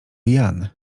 jan